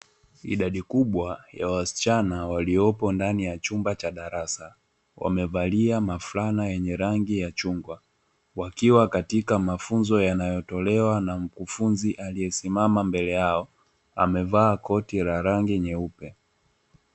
Idadi kubwa ya wasichana waliopo ndani ya chumba cha darasa, wamevalia mafulana yenye rangi ya chungwa, wakiwa katika mafunzo yanayotolewa na mkufunzi aliyesimama mbele yao, amevaa koti la rangi nyeupe.